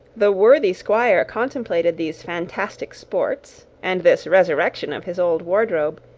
the worthy squire contemplated these fantastic sports, and this resurrection of his old wardrobe,